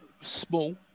small